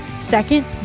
second